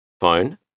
Phone